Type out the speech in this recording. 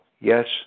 Yes